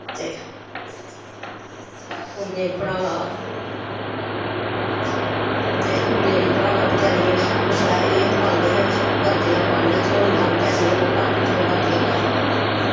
ते कुड़ियें पढ़ाना ते कुड़ियें गी पढ़ाना उसलै एह् पांदे हे बर्दीयां पानियां थ्होंनियां बचैरियां ओह् पाईयै जाना